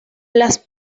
las